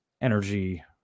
energy